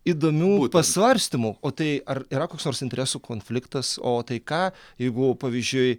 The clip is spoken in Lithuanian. įdomių pasvarstymų o tai ar yra koks nors interesų konfliktas o tai ką jeigu pavyzdžiui